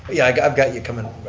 yeah, i've got you coming,